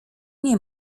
nie